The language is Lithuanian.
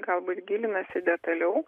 galbūt gilinasi detaliau